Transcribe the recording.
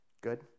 Good